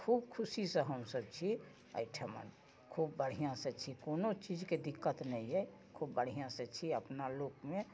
आ खूब खुशीसँ हमसब छी एहिठमन खूब बढ़िआँसँ छी कोनो चीजके दिक्कत नहि अइ खूब बढ़िआँसँ छी अपना लोकमे